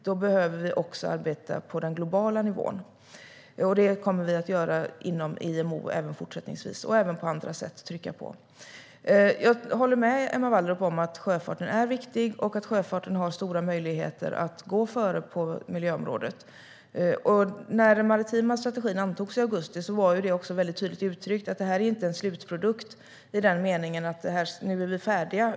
Vi kommer att arbeta globalt inom IMO även i fortsättningen. Vi kommer att trycka på även på andra sätt. Jag håller med Emma Wallrup; sjöfarten är viktig och har stora möjligheter att gå före på miljöområdet. När den maritima strategin antogs i augusti uttrycktes det också tydligt att den inte är en slutprodukt, i den meningen att vi skulle vara färdiga.